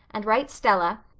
and write stella,